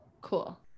Cool